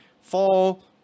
fall